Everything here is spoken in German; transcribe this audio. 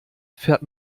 fährt